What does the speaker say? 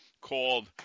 called